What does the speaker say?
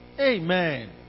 amen